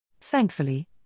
Thankfully